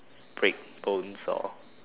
break bones or